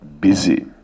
busy